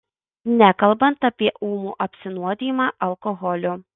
nekalbant apie ūmų apsinuodijimą alkoholiu